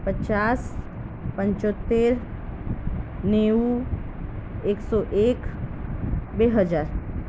પચાસ પંચોતેર નેવું એકસો એક બે હજાર